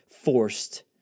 forced